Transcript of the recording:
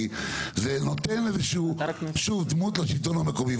כי זה נותן, שוב, איזה שהיא דמות לשלטון המקומי.